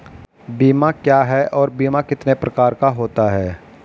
बीमा क्या है और बीमा कितने प्रकार का होता है?